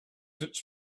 its